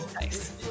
nice